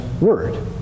word